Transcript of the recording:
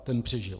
Ten přežil.